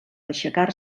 aixecar